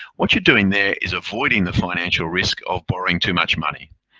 what you're doing there is avoiding the financial risk of borrowing too much money,